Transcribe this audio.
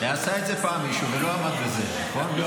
עשה את זה פעם מישהו ולא עמד בזה, נכון?